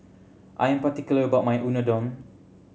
I am particular about my Unadon